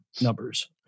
numbers